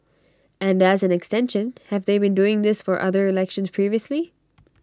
and as an extension have they been doing this for other elections previously